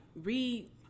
read